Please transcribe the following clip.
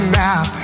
now